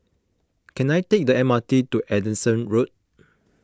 can I take the M R T to Anderson Road